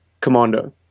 commando